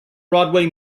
broadway